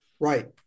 right